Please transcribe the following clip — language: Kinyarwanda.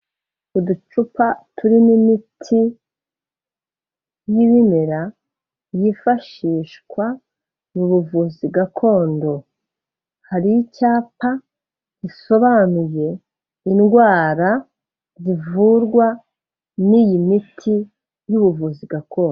Uducupa turimo imiti y'ibimera yifashishwa mu buvuzi gakondo, hari icyapa gisobanuye indwara zivurwa n'iyi miti y'ubuvuzi gakondo.